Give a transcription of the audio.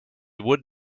would